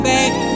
Baby